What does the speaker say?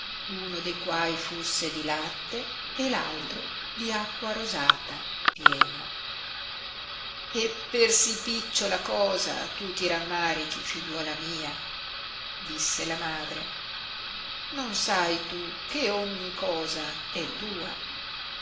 uno de quai fusse di latte e altro di acqua rosata pieno e per sì picciola cosa tu ti ramarichi figliuola mia disse la madre non sai tu che ogni cosa è tua